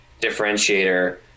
differentiator